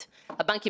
התפטר או פוטר.